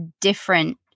different